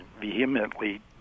vehemently